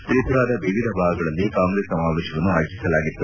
ತ್ರಿಪುರಾದ ವಿವಿಧ ಭಾಗಗಳಲ್ಲಿ ಕಾಂಗ್ರೆಸ್ ಸಮಾವೇಶಗಳನ್ನು ಆಯೋಜಿಸಿತ್ತು